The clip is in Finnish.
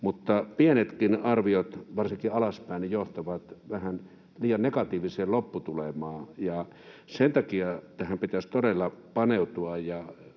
Pienetkin arviot varsinkin alaspäin johtavat vähän liian negatiiviseen lopputulemaan, ja sen takia tähän pitäisi todella paneutua.